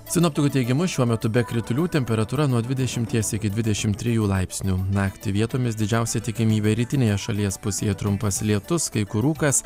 sinoptikų teigimu šiuo metu be kritulių temperatūra nuo dvidešimies iki dvidešim trijų laipsnių naktį vietomis didžiausia tikimybė rytinėje šalies pusėje trumpas lietus kai kur rūkas